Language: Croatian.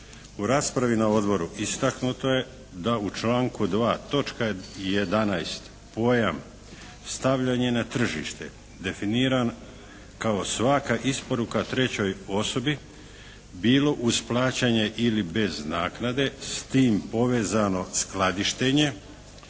U raspravi na odboru istaknuto je da u članku 2. točka 11. pojam: stavljanje na tržište definiran kao svaka isporuka trećoj osobi bilo uz plaćanje ili bez naknade s tim povezano skladištenje